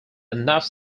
enough